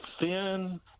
thin –